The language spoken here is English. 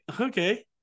Okay